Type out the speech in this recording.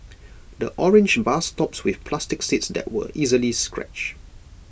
the orange bus stops with plastic seats that were easily scratched